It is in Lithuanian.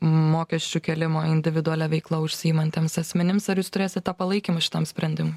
mokesčių kėlimo individualia veikla užsiimantiems asmenims ar jūs turėsit tą palaikymą šitam sprendimui